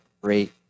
great